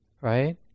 right